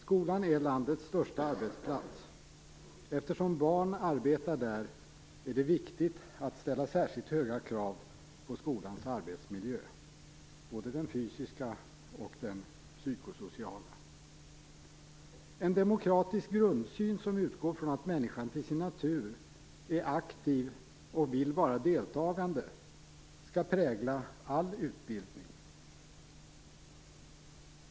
Skolan är landets största arbetsplats. Eftersom barn arbetar där, är det viktigt att ställa särskilt höga krav på skolans arbetsmiljö, både den fysiska och de psykosociala. En demokratisk grundsyn som utgår från att människan till sin natur är aktiv och vill vara deltagande skall prägla all utbildning.